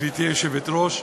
גברתי היושבת-ראש,